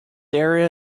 area